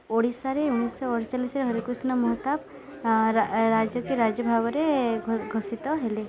ଓଡ଼ିଶାରେ ଉଣେଇଶହ ଅଡ଼ଚାଲିଶରେ ହରିକୃଷ୍ଣ ମହତାବ ରାଜକୀ ରାଜ ଭାବରେ ଘୋଷିତ ହେଲେ